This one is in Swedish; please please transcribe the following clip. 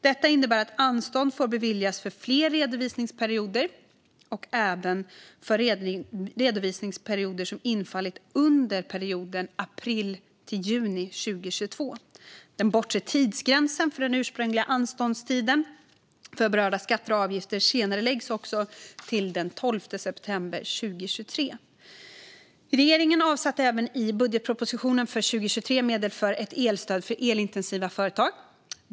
Detta innebär att anstånd får beviljas för fler redovisningsperioder och även för redovisningsperioder som infallit under perioden april-juni 2022. Den bortre tidsgränsen för den ursprungliga anståndstiden för berörda skatter och avgifter senareläggs också till den 12 september 2023. Regeringen avsatte även i budgetpropositionen för 2023 medel för ett elstöd för elintensiva företag.